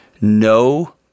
No